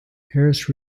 harris